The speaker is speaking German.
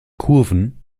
kurven